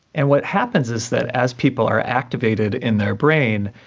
and what happens is that as people are activated in their brain,